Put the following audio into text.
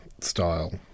style